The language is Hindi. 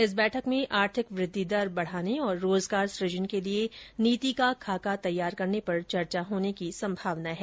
इस बैठक में आर्थिक वृद्धि दर बढ़ाने और रोजगार सुजन के लिए नीति का खाका तैयार करने पर चर्चा होने की संभावना है